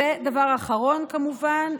דבר אחרון, כמובן.